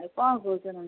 ଆଉ କ''ଣ କହୁଛ ତମେ